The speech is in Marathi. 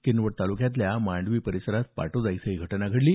किनवट तालुक्यातल्या मांडवी परिसरात पाटोदा इथं ही घटना घडली